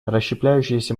расщепляющийся